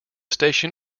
station